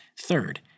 Third